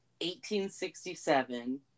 1867